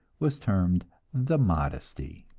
was termed the modesty.